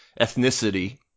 ethnicity